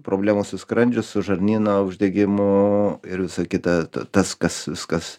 problemų su skrandžiu su žarnyno uždegimu ir visa kita tas kas viskas